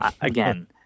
again